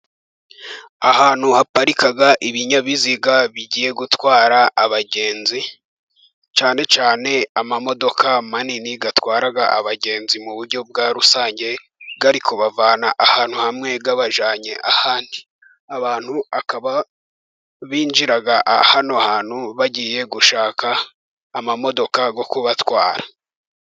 Ahantu haparika ibinyabiziga bigiye gutwara abagenzi, cyane cyane amamodoka manini atwara abagenzi mu buryo bwa rusange, ari kubavana ahantu hamwe abajyanye ahandi. Abantu bakaba binjira hano hantu bagiye gushaka amamodoka yo kubatwara.